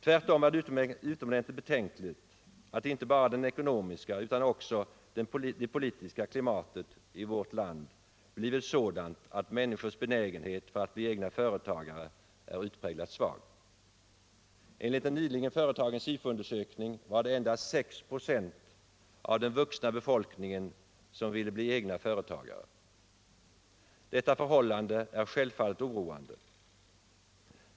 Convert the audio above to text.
Tvärtom är det utomordentligt betänkligt att inte bara det ekonomiska utan också det politiska klimatet i vårt land blivit sådant att människors benägenhet att bli egna företagare är utpräglat svag. Enligt en nyligen företagen Sifo-undersökning var det endast 6 26 av den vuxna befolkningen som ville bli egna företagare. Detta förhållande är självfallet oroande.